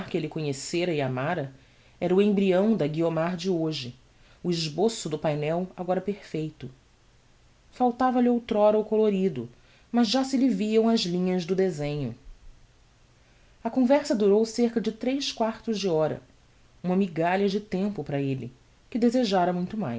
elle conhecera e amara era o embryão da guiomar de hoje o esboço do painel agora perfeito faltava-lhe outr'ora o colorido mas já se lhe viam as linhas do desenho a conversa durou cerca de tres quartos de hora uma migalha de tempo para elle que desejara muito